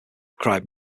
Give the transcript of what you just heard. cried